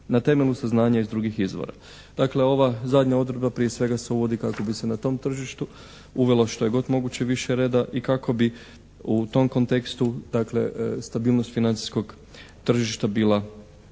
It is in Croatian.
na temelju saznanja iz drugih izvora. Dakle, ova zadnja odredba prije svega se uvodi kako bi se na tom tržištu uvelo što je god moguće više reda i kako bi u tom kontekstu dakle stabilnost financijskog tržišta bila što